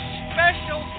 special